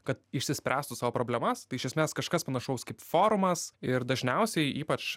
kad išsispręstų savo problemas tai iš esmės kažkas panašaus kaip forumas ir dažniausiai ypač